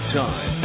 time